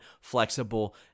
flexible